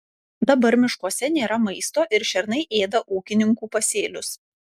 dabar miškuose nėra maisto ir šernai ėda ūkininkų pasėlius